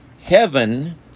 heaven